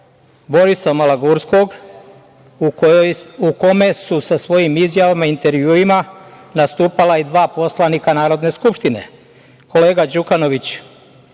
Borisa Malagurskog, u kome su sa svojim izjavama i intervjuima nastupila i dva poslanika Narodne skupštine, kolega Đukanović